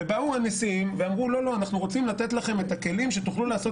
באו הנשיאים ורצו לתת את הכלים כדי לעשות